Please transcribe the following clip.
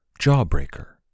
Jawbreaker